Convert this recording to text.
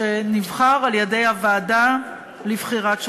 שנבחר על-ידי הוועדה לבחירת שופטים.